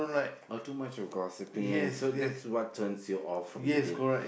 oh too much of gossiping so that's what turns you off from the date